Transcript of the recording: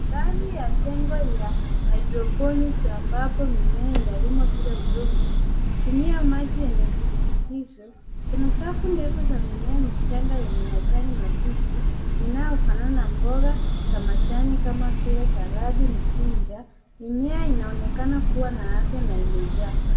Ndani ya jengo ya [cs ] hydroponic[cs ] ambapo mimea inalimwa bila udongo kwa kutumia maji yenye virutubisho. Kuna safu ndefu za michanga yenye majani mabichi inayo fanana na mboga za majani kama vile saladi, mchicha. Mimea inaonekana kuwa na afya na imejaa.